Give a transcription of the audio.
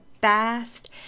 fast